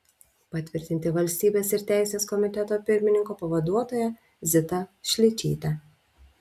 patvirtinti valstybės ir teisės komiteto pirmininko pavaduotoja zitą šličytę